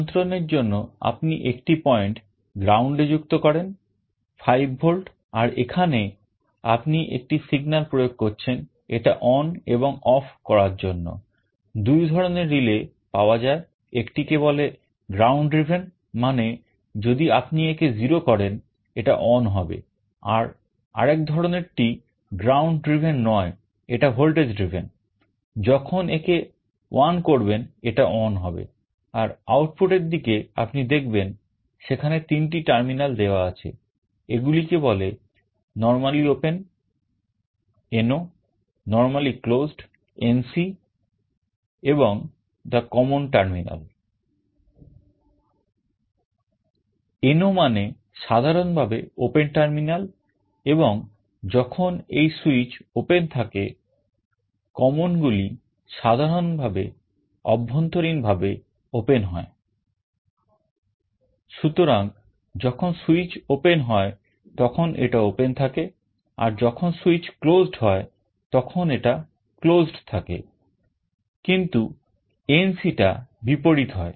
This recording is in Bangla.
নিয়ন্ত্রণের জন্য আপনি একটি পয়েন্ট এবং the common terminal NO মানে সাধারণভাবে open terminal এবং যখন এই সুইচ closed হয় তখন এটা closed থাকে কিন্তু NC টা বিপরীত হয়